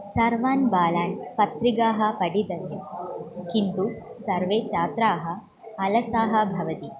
सर्वान् बालान् पत्रिकाः पठितव्यं किन्तु सर्वे छात्राः अलसाः भवन्ति